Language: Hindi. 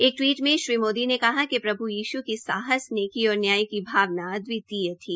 एक टवीट में श्री मोदी ने कहा कि प्रभ् यीश् की साहस नेकी और न्याय की भावना अद्वितीय थी